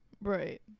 right